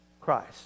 Christ